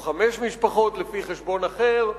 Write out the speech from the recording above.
או חמש משפחות לפי חשבון אחר,